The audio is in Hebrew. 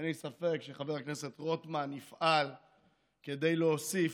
אין לי ספק שחבר הכנסת רוטמן יפעל כדי להוסיף